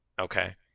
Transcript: Okay